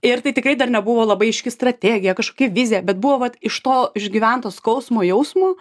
ir tai tikrai dar nebuvo labai aiški strategija kažkokia vizija bet buvo vat iš to išgyvento skausmo jausmo